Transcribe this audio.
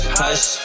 hush